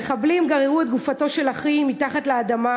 המחבלים גררו את גופתו של אחי מתחת לאדמה